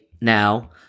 now